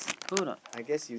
hold on